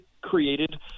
created